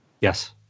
Yes